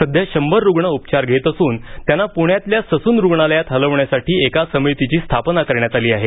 सध्या शंभर रुग्ण उपचार घेत असून त्यांना पुण्यातल्या ससून रुग्णालयात हलवण्यासाठी एका समितीची स्थापना करण्यात आली आहे